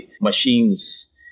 machines